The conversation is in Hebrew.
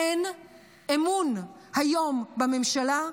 אין אמון היום בממשלה,